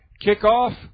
kickoff